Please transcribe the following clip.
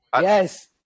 Yes